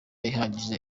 ihagije